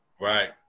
Right